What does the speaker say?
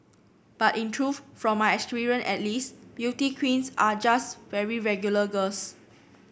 but in truth from my experience at least beauty queens are just very regular girls